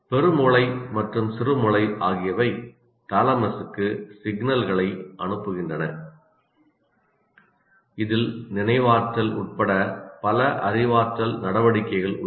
பெருமூளை மற்றும் சிறுமூளை ஆகியவை தாலமஸுக்கு சிக்னல்களை அனுப்புகின்றன இதில் நினைவாற்றல் உட்பட பல அறிவாற்றல் நடவடிக்கைகள் உள்ளன